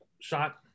shot